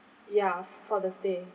ya for the stay